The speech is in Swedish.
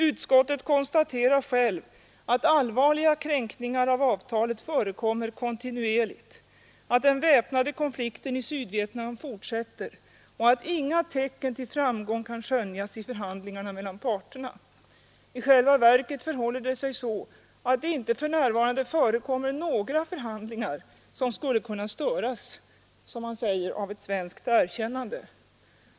Utskottet konstaterar självt att allvarliga kränkningar av avtalet förekommer kontinuerligt, att den väpnade konflikten i Sydvietnam fortsätter, att inga tecken till framgång kan skönjas i förhandlingar mellan parterna. I själva verket förhåller det sig så att det inte för närvarande förekommer några förhandlingar som skulle kunna störas, som man ibland påstår, av ett svenskt erkännande.